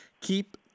keep